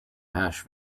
hash